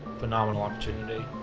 phenomenal opportunity.